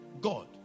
God